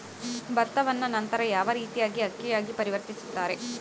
ಭತ್ತವನ್ನ ನಂತರ ಯಾವ ರೇತಿಯಾಗಿ ಅಕ್ಕಿಯಾಗಿ ಪರಿವರ್ತಿಸುತ್ತಾರೆ?